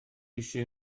eisiau